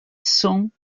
cents